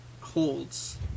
holds